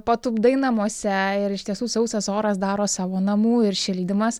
patupdai namuose ir iš tiesų sausas oras daro savo namų ir šildymas